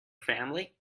family